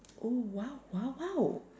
oh !wow! !wow! !wow!